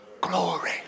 glory